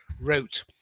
wrote